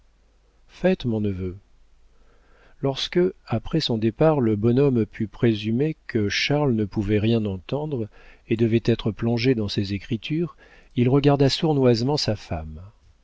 faites mon neveu lorsque après son départ le bonhomme put présumer que charles ne pouvait rien entendre et devait être plongé dans ses écritures il regarda sournoisement sa femme